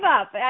up